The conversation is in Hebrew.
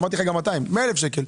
אמרתי לך גם 200. 100,000 שקלים.